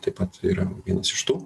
taip pat yra vienas iš tų